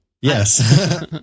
Yes